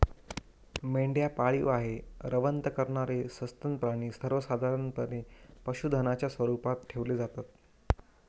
मेंढ्या पाळीव आहे, रवंथ करणारे सस्तन प्राणी सर्वसाधारणपणे पशुधनाच्या स्वरूपात ठेवले जातात